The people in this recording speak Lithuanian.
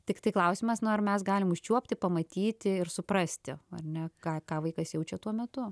tiktai klausimas nu ar mes galim užčiuopti pamatyti ir suprasti ar ne ką ką vaikas jaučia tuo metu